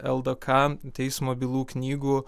ldk teismo bylų knygų